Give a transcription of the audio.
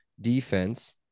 defense